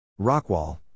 Rockwall